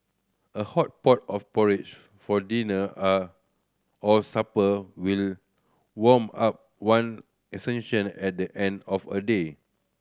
a hot pot of porridge for dinner are or supper will warm up one at the end of a day